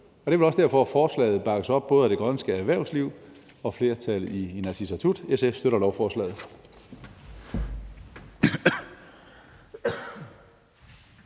Det er vel også derfor, forslaget bakkes op både af det grønlandske erhvervsliv og flertallet i Inatsisartut. SF støtter lovforslaget.